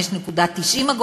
5.90,